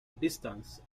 distance